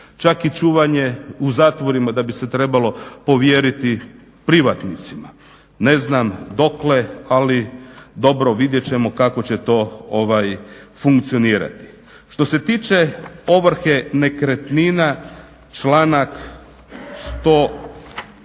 čak i čuvanje u zatvorima da bi se trebalo povjeriti privatnicima. Ne znam dokle ali dobro, vidjet ćemo kako će to funkcionirati. Što se tiče ovrhe nekretnina, članak 103.